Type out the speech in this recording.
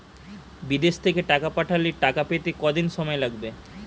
বিদেশ থেকে টাকা পাঠালে টাকা পেতে কদিন সময় লাগবে?